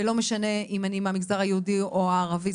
ולא משנה אם אני מהמגזר היהודי או הערבי.